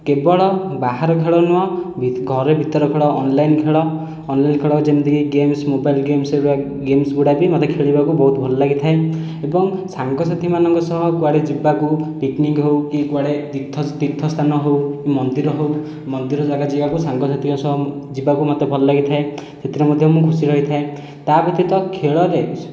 କେବଳ ବାହାର ଖେଳ ନୁହେଁ ଘରେ ଭିତର ଖେଳ ଅନଲାଇନ୍ ଖେଳ ଅନଲାଇନ୍ ଖେଳ ଯେମିତି କି ଗେମ୍ସ୍ ମୋବାଇଲ ଗେମ୍ସ୍ ଏଗୁଡ଼ା ଗେମ୍ସ୍ ଗୁଡ଼ା ବି ମୋତେ ଖେଳିବାକୁ ବହୁତ ଭଲ ଲାଗିଥାଏ ଏବଂ ସାଙ୍ଗ ସାଥୀମାନଙ୍କ ସହ କୁଆଡ଼େ ଯିବାକୁ ପିକ୍ନିକ୍ ହଉ କି କୁଆଡ଼େ ତୀର୍ଥସ୍ଥାନ ହେଉ ମନ୍ଦିର ହେଉ ମନ୍ଦିର ଯାଗା ଯିବାକୁ ସାଙ୍ଗସାଥିଙ୍କ ସହ ଯିବାକୁ ମୋତେ ଭଲ ଲାଗିଥାଏ ସେଥିରେ ମଧ୍ୟ ମୁଁ ଖୁସି ରହିଥାଏ ତା'ବ୍ୟତୀତ ଖେଳରେ